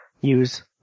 use